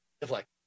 deflect